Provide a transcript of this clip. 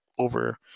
Over